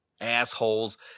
assholes